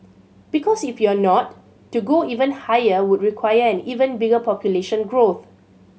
because if you are not to go even higher would require an even bigger population growth